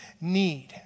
need